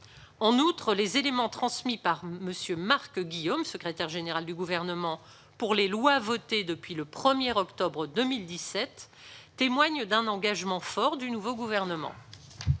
En outre, les éléments transmis par M. Marc Guillaume, secrétaire général du Gouvernement, pour les lois votées depuis le 1 octobre 2017 témoignent d'un engagement fort du nouveau gouvernement.